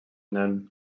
nen